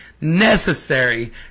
necessary